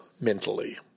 mentally